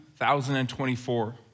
2024